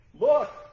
Look